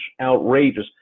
outrageous